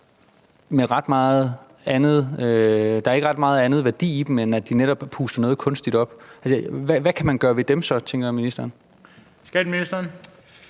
Der er ikke ret meget andet værdi i dem, end at de netop puster noget kunstigt op. Hvad tænker ministeren man kan